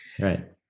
Right